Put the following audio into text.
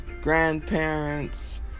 grandparents